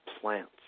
plants